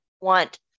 want